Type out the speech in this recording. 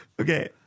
Okay